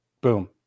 boom